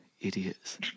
Idiots